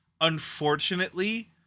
unfortunately